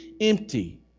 empty